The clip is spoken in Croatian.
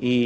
i